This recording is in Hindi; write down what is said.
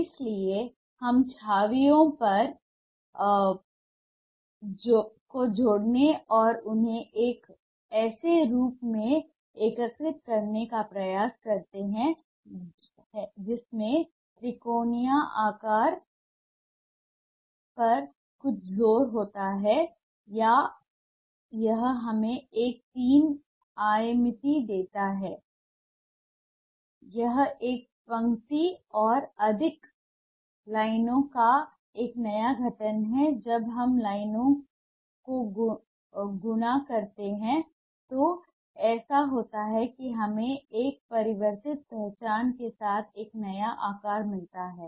इसलिए हम छवियों को जोड़ने और उन्हें एक ऐसे रूप में एकीकृत करने का प्रयास करते हैं जिसमें त्रिकोणीय आकार पर कुछ जोर होता है या यह हमें एक तीन आयामीता देता है यह एक पंक्ति और अधिक लाइनों का एक नया गठन है जब हम लाइनों को गुणा करते हैं क्या ऐसा होता है कि हमें एक परिवर्तित पहचान के साथ एक नया आकार मिलता है